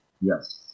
Yes